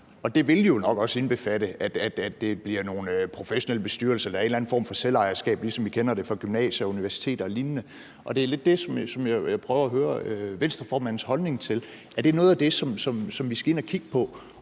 Det vil jo nok også indbefatte, at det bliver nogle professionelle bestyrelser eller en anden form for selvejerskab, ligesom vi kender det fra gymnasier, universiteter og lignende. Og det er lidt det, som jeg prøver at høre Venstreformandens holdning til. Er det noget af det, som vi skal ind at kigge på,